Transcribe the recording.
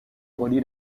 relie